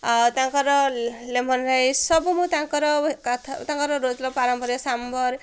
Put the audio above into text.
ଆଉ ତାଙ୍କର lemon rice ସବୁ ମୁଁ ତାଙ୍କର ତାଙ୍କର ପାରମ୍ପରିକ ସାମ୍ବର୍